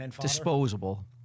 disposable